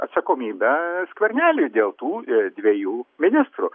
atsakomybę skverneliui dėl tų dviejų ministrų